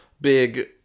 big